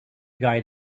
guy